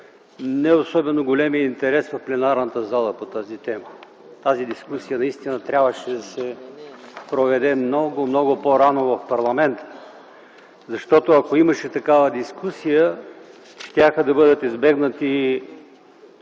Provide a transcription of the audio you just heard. не особено големия интерес в пленарната зала по тази тема. Тази дискусия наистина трябваше да се проведе много, много по-рано в парламента. Защото, ако имаше такава дискусия, щяха да бъдат избегнати